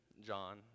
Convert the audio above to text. John